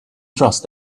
trust